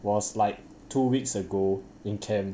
was like two weeks ago in camp